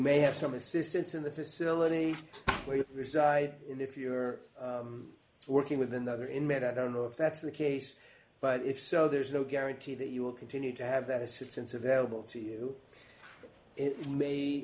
may have some assistance in the facility where you reside in if you are working with another inmate i don't know if that's the case but if so there's no guarantee that you will continue to have that assistance available to you it may